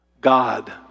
God